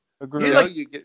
agree